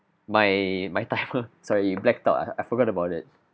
my my timer sorry it blacked out ah I forgot about it